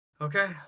Okay